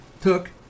took